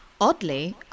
Oddly